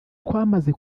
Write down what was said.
twamaze